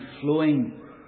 flowing